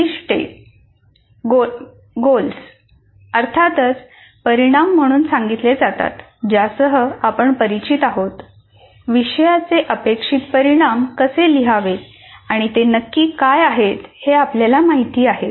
उद्दीष्टे अर्थातच परीणाम म्हणून सांगितले जातात ज्यासह आपण परिचित आहोत विषयाचे अपेक्षित परिणाम कसे लिहावे आणि ते नक्की काय आहेत हे आपल्याला माहीत आहे